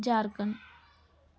Jharkhand